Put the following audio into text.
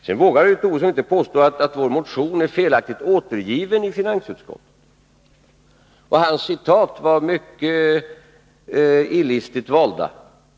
Lars Tobisson vågade inte påstå att vår motion är felaktigt återgiven i finansutskottet. Hans citat var mycket illistigt valda.